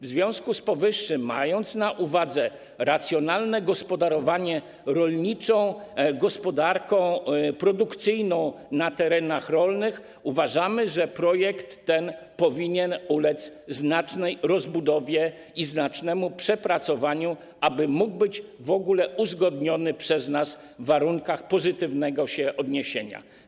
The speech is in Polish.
W związku z powyższym, mając na uwadze racjonalne gospodarowanie rolniczą gospodarką produkcyjną na terenach rolnych, uważamy, że projekt ten powinien ulec znacznej rozbudowie i znacznemu przepracowaniu, aby mógł być w ogóle uzgodniony przez nas w warunkach pozytywnego się odniesienia.